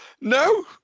No